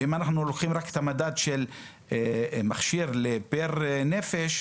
אם אנחנו לוקחים רק את המדד של מכשיר פר נפש,